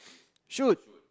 shoot